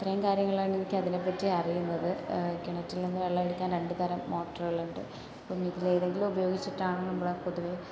ഇത്രയും കാര്യങ്ങളാണ് എനിക്ക് അതിനെപ്പറ്റി അറിയുന്നത് കിണറ്റിൽ നിന്ന് വെള്ളമെടുക്കാൻ രണ്ടു തരം മോട്ടോറുകളുണ്ട് അപ്പോൾ ഇതിലേതെങ്കിലും ഉപയോഗിച്ചിട്ടാണ് നമ്മൾ പൊതുവേ